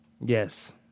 Yes